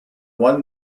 one